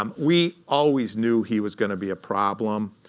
um we always knew he was going to be a problem.